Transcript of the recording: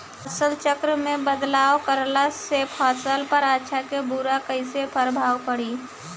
फसल चक्र मे बदलाव करला से फसल पर अच्छा की बुरा कैसन प्रभाव पड़ी?